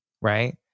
right